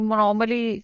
normally